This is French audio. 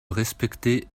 respecter